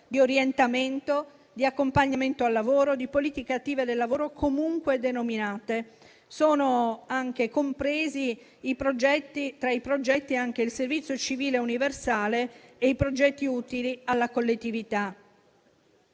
di orientamento, di accompagnamento al lavoro, di politiche attive del lavoro, comunque denominate. Sono anche compresi tra i progetti il servizio civile universale e i progetti utili alla collettività.